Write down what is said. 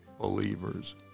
believers